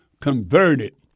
converted